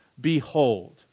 Behold